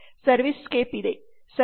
servicescape ಇದೆ